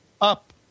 up